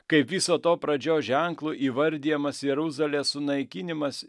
kaip viso to pradžios ženklu įvardijamas jeruzalės sunaikinimas